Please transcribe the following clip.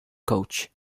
coach